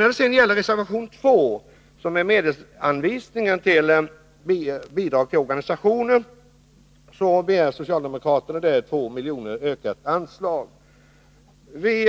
I reservation 2, beträffande medelsanvisning till Bidrag till organisationer m.m., begär socialdemokraterna 2 milj.kr. i ökat anslag. Vi